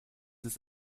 ist